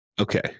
Okay